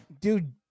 Dude